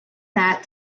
that